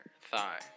thigh